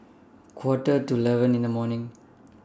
Quarter to eleven in The evening